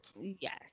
Yes